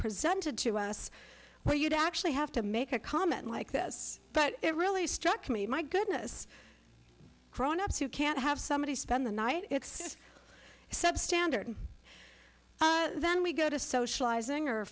presented to us where you'd actually have to make a comment like this but it really struck me my goodness grownups who can't have somebody spend the night it's substandard then we go to socializing or